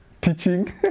teaching